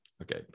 okay